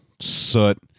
soot